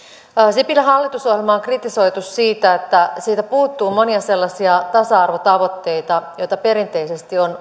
sipilän hallitusohjelmaa on kritisoitu siitä että siitä puuttuu monia sellaisia tasa arvotavoitteita joita perinteisesti on